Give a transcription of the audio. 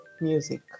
music